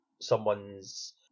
someone's